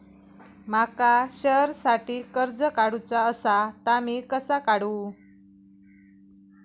माका शेअरसाठी कर्ज काढूचा असा ता मी कसा काढू?